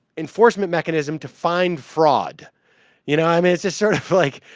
enforcement mechanism to find fraud you know i mean it's a certified like